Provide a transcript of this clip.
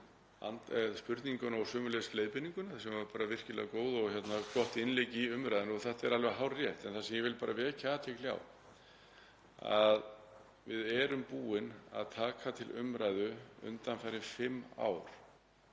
spurninguna og sömuleiðis leiðbeininguna sem var bara virkilega góð og gott innlegg í umræðuna. Þetta er alveg hárrétt. En það sem ég vil bara vekja athygli á er að við erum búin að taka til umræðu undanfarin fimm ár